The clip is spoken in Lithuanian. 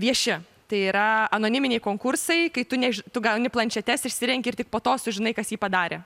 vieši tai yra anoniminiai konkursai kai tu neži tu gauni planšetes išsirenki ir tik po to sužinai kas jį padarė